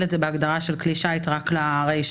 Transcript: את זה בהגדרה של "כלי שיט" רק לרישה.